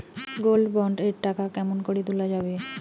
Gold bond এর টাকা কেমন করি তুলা যাবে?